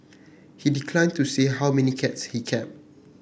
he declined to say how many cats he kept